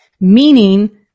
meaning